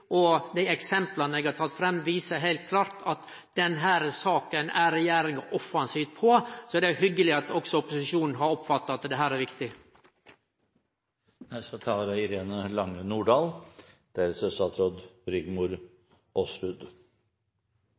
Dei eksempla eg har teke fram, viser heilt klart at i denne saka er regjeringa offensiv. Det er hyggeleg at også opposisjonen har oppfatta at dette er